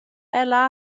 ella